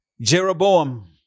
Jeroboam